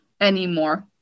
anymore